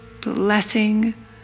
blessing